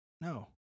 No